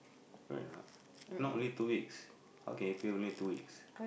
right or not not only two weeks how can you pay only two weeks